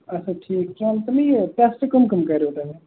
اَچھا ٹھیٖک ژٕ وَن تہٕ مےٚ یہِ ٹیٚسٹ کُم کُم کٔریو تۄہہِ